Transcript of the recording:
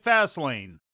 Fastlane